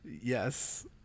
Yes